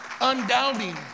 undoubting